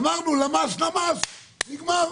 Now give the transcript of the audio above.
גמרנו, למ"ס למ"ס, נגמר.